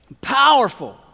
powerful